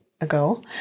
ago